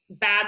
Bad